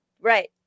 Right